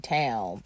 town